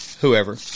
Whoever